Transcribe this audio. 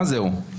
מה זהו?